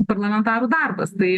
parlamentarų darbas tai